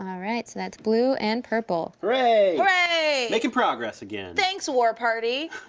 um alright. so that's blue and purple. hurray! hurray! makin' progress again. thanks, war party.